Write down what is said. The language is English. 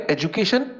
Education